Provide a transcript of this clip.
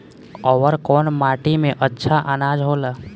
अवर कौन माटी मे अच्छा आनाज होला?